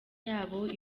yabo